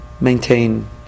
maintain